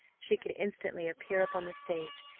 she could instantly appear upon the stage,